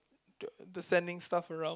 the the sending stuff around